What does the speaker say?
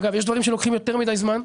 אגב, יש דברים שלוקחים יותר מידי בזמן: